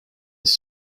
its